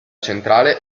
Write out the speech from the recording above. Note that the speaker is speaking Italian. centrale